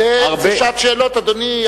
לא, זה שעת שאלות, אדוני.